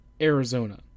Arizona